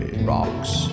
Rocks